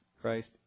Christ